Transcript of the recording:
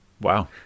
Wow